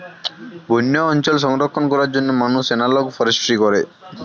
বন্য অঞ্চল সংরক্ষণ করার জন্য মানুষ এনালগ ফরেস্ট্রি করে